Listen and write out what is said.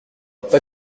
pas